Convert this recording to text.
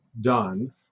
done